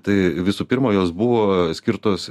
tai visų pirma jos buvo skirtos